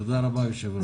תודה רבה, היושב-ראש.